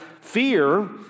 fear